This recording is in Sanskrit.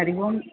हरि ओम्